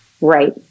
Right